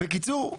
בקיצור,